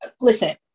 listen